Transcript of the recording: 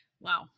wow